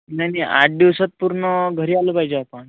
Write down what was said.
नाही मी आठ दिवसात पूर्ण घरी आलो पाहिजे आपण